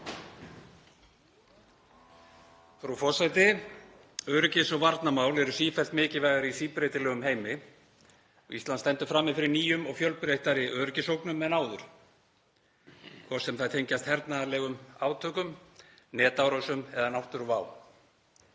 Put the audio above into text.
Frú forseti. Öryggis- og varnarmál eru sífellt mikilvægari í síbreytilegum heimi. Ísland stendur frammi fyrir nýjum og fjölbreyttari öryggisógnum en áður, hvort sem þær tengjast hernaðarlegum átökum, netárásum eða náttúruvá.